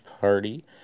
party